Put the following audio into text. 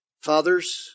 Fathers